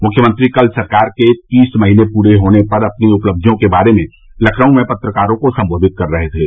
मुख्यमंत्री कल सरकार के तीस महीने पूरे होने पर अपनी उपलक्षियों के बारे में लखनऊ में पत्रकारों को सम्बोधित कर रहे थे